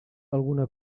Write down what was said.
alguna